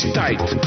tight